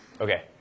Okay